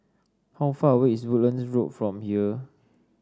how far away is Woodlands Road from here